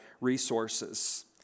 resources